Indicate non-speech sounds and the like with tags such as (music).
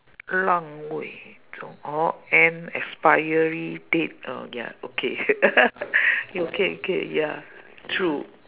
:让位：rang wei (noise) or an expiry date oh ya okay (laughs) okay okay ya true